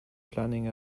planning